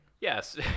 Yes